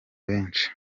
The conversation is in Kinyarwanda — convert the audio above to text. benshi